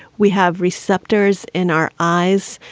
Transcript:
we have receptors in our eyes.